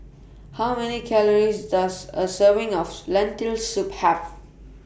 How Many Calories Does A Serving of Lentil Soup Have